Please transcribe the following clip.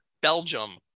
Belgium